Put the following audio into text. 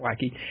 wacky